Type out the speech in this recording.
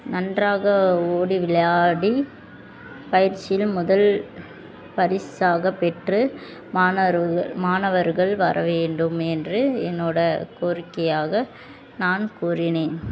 நன்றாக ஓடி விளையாடி பயிற்சியில் முதல் பரிசாக பெற்று மாணவர்கள் மாணவர்கள் வர வேண்டும் என்று என்னோடய கோரிக்கையாக நான் கூறினேன்